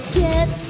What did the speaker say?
get